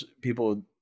people